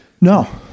no